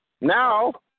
now